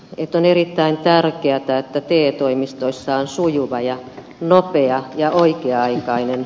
etan erittäin tärkeätä että tie toimistoissaan sujuva ja nopea ja oikiaikainen